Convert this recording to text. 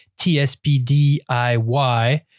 TSPDIY